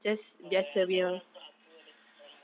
oh ya that one also aku ada story